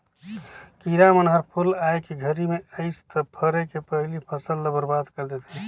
किरा मन हर फूल आए के घरी मे अइस त फरे के पहिले फसल ल बरबाद कर देथे